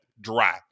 dry